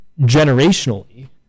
generationally